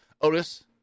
Otis